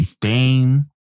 Dame